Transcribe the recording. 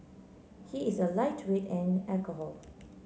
he is a lightweight an alcohol